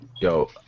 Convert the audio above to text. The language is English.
Yo